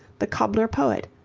the cobbler poet,